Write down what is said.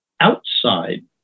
outside